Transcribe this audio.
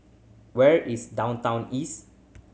where is Downtown East